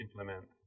implement